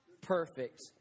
perfect